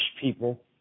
people